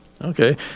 Okay